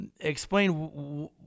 explain